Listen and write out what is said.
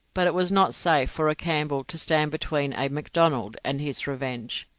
but it was not safe for a campbell to stand between a macdonnell and his revenge.